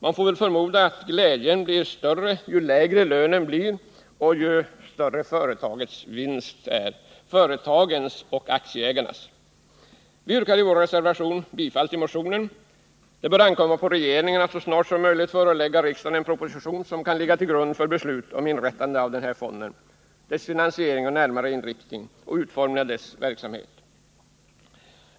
Man får väl förmoda att glädjen blir större ju lägre lönen blir och ju högre företagets och aktieägarnas vinst är. Vi yrkar i reservation 6 bifall till vårt motionsyrkande om en strukturoch utvecklingsfond. Det bör ankomma på regeringen att så snart som möjligt . förelägga riksdagen en proposition som kan ligga till grund för beslut om inrättande av fonden, dess finansiering och närmare inriktning och utformningen av dess verksamhet.